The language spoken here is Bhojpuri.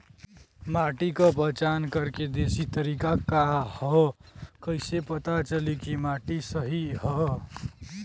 माटी क पहचान करके देशी तरीका का ह कईसे पता चली कि माटी सही ह?